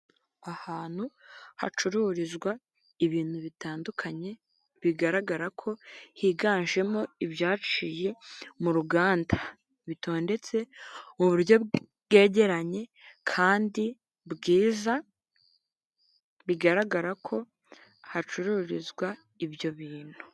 Ahantu hacururizwa ibintu bitandukanye bigaragara ko higanjemo ibyaciye mu ruganda bitondetse mu buryo bwegeranye kandi bwiza bigaragara ko hacururizwa ibyo bintu.